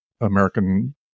American